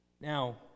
Now